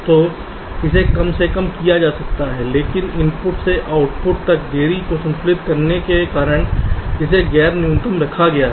तो इसे कम से कम किया जा सकता है लेकिन इनपुट से आउटपुट तक देरी को संतुलित करने के कारण इसे गैर न्यूनतम रखा गया है